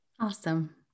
awesome